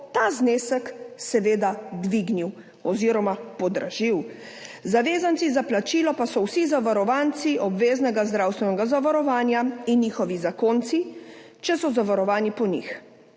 ta znesek seveda dvignil oziroma podražil. Zavezanci za plačilo pa so vsi zavarovanci obveznega zdravstvenega zavarovanja in njihovi zakonci, če so zavarovani po njih.